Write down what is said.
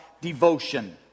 devotion